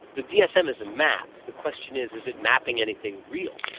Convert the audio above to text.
the dsm is a map. the question is, is it mapping anything real?